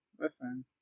Listen